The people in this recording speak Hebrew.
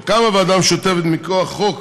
כשקמה הוועדה המשותפת מכוח חוק,